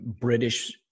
British